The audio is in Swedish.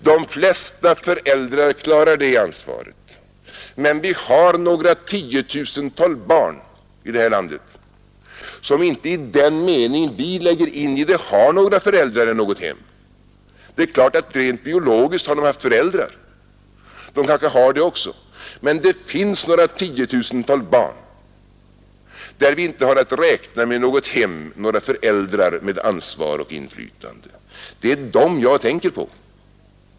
De flesta föräldrar klarar det ansvaret, men vi har några tiotusental barn i det här landet som inte i den mening vi lägger in i det har några föräldrar eller något hem. Det är klart att de rent biologiskt har haft föräldrar och kanske har det än, men det finns alltså några tiotusen barn för vilka vi inte har att räkna med något hem eller några föräldrar med ansvar och inflytande. Det är dem jag tänker på.